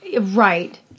Right